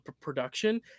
production